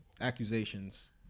accusations